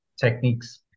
techniques